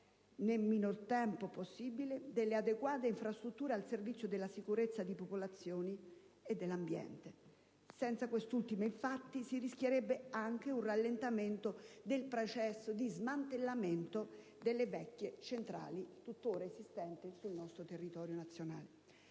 nel minor tempo possibile, adeguate infrastrutture al servizio della sicurezza delle popolazioni e dell'ambiente. Senza sicurezza, infatti, si rischierebbe anche un rallentamento del processo di smantellamento delle vecchie centrali tuttora esistenti sul territorio nazionale.